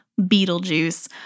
Beetlejuice